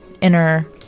inner